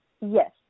Yes